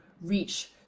reach